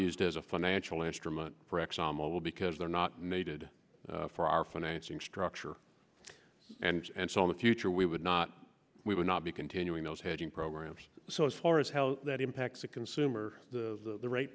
used as a financial instrument for exxon mobile because they're not needed for our financing structure and and so in the future we would not we would not be continuing those hedging programs so as far as hell that impacts the consumer the